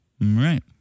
right